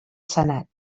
senat